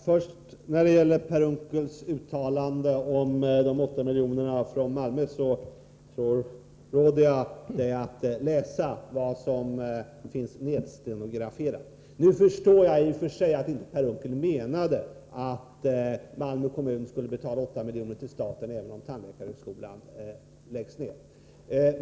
Herr talman! När det gäller uttalandet om de 8 miljonerna från Malmö råder jag Per Unckel att läsa vad som finns nedstenograferat. Jag förstår i och för sig att Per Unckel inte menade att Malmö kommun skulle betala 8 miljoner till staten även om tandläkarhögskolan läggs ner.